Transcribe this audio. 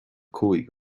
cúig